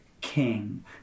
King